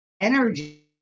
energy